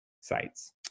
sites